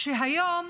שהיום